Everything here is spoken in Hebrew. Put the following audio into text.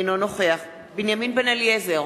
אינו נוכח בנימין בן-אליעזר,